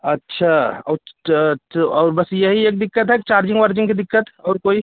अच्छा और बस यही एक दिक़्क़त है चार्जिंग वार्जिंग की दिक़्क़त और कोई